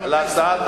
ממתי, רגע,